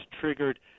triggered